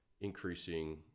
increasing